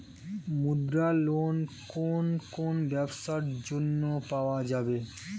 মুদ্রা লোন কোন কোন ব্যবসার জন্য পাওয়া যাবে?